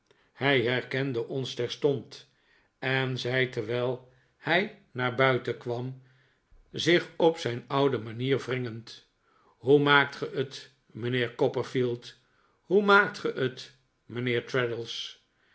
hij herkende ons terstond en zei terwel hij naar buiten kwam zich op zijn oude manier wringend hoe maakt ge het mijnheer copperfield hoe maakt ge het mijnheer